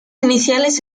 iniciales